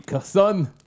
son